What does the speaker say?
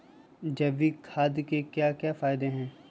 जैविक खाद के क्या क्या फायदे हैं?